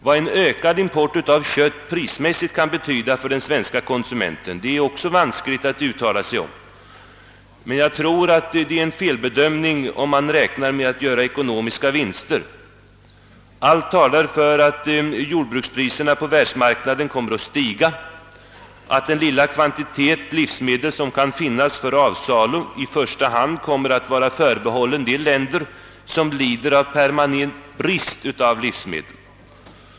Vad en ökad import av kött prismässigt kan betyda för den svenske konsumenten är också vanskligt att uttala sig om. Men jag tror det är en felräkning om man tror att man skall göra ekonomiska vinster. Allt talar för att jordbrukspriserna på «världsmarknaden kommer att stiga och att den lilla kvantitet livsmedel, som kan finnas till avsalu, i första hand kommer att vara förbehållen de länder som lider av permanent brist på livsmedel.